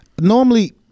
Normally